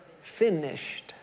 finished